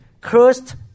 cursed